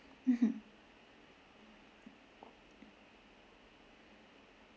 mmhmm